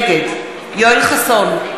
נגד יואל חסון,